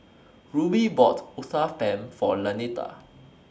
Rubie bought Uthapam For Lanita